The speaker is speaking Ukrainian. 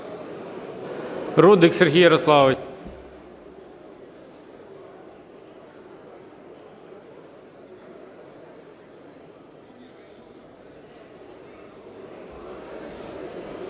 Рудик Сергій Ярославович.